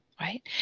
right